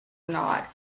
nod